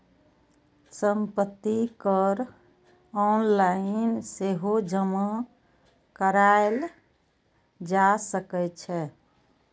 संपत्ति कर ऑनलाइन सेहो जमा कराएल जा सकै छै